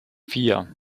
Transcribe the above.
vier